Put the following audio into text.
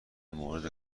مورد